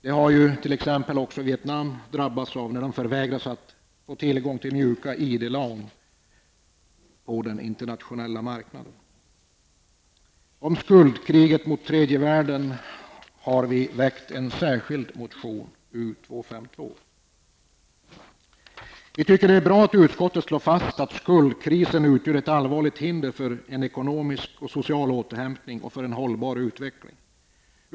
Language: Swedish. Detta har ju t.ex. också Vietnam drabbats av när landet förvägrats tillgång till mjuka IDA-lån på den internationella marknaden. Om skuldkriget mot tredje världen har vi väckt en särskild motion, nr U252. Det är bra att utskottet slår fast att skuldkrisen utgör ett allvarligt hinder för en ekonomisk och social återhämtning och för en hållbar utveckling.